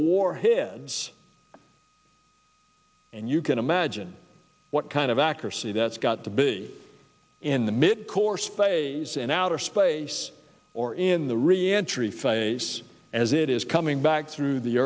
warheads and you can imagine what kind of accuracy that's got to be in the midcourse phase in outer space or in the reentry face as it is coming back through the